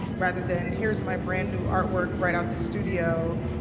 rather than, here's my brand-new artwork right out the studio.